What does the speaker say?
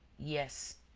yes.